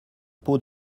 pot